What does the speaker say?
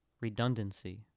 redundancy